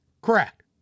Correct